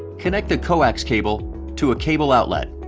connect the coax cable to a cable outlet,